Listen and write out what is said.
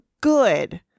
good